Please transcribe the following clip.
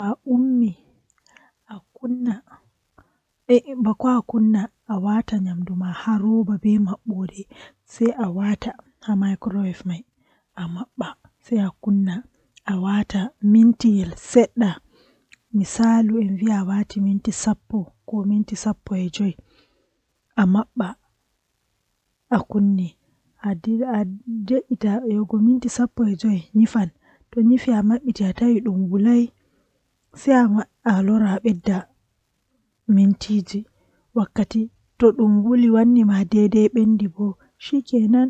Ko njogorde ɗi faamini no woodi, ko ngam a faamataa ɗee njikataaɗe konngol maa. A waawi waɗde heɓre nde njogitde e njarɗe ɗi njikataaɗe. Kono waɗal ngal jooni faamataa ko waɗata e simulaasii maa, ngam ɗum no heɓiraa ɗe njikataaɗo ɗum, waɗataa ko a waɗa naatude e njipirde dow hakkunde konngol maa e njogorde ɗi.